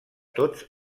tots